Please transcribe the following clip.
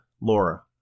Laura